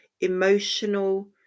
emotional